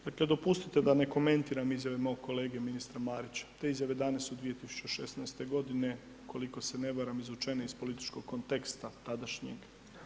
Dakle dopustite da ne komentiram izjave mog kolege ministra Marića, te izjave dane su 2016. godine koliko se ne varam izvučene iz političkog konteksta današnjeg.